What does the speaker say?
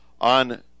on